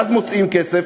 ואז מוצאים כסף,